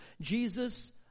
Jesus